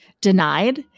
denied